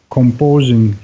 composing